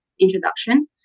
introduction